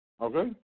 Okay